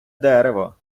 дерево